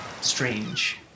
strange